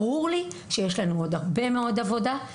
ברור לי שיש לנו עוד הרבה מאוד עבודה,